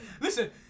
listen